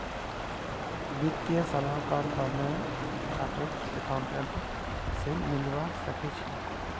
वित्तीय सलाहर तने चार्टर्ड अकाउंटेंट स मिलवा सखे छि